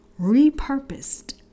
Repurposed